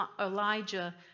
Elijah